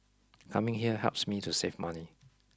coming here helps me to save money